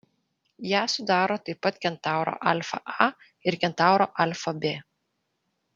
ją sudaro taip pat kentauro alfa a ir kentauro alfa b